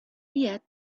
yet